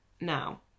now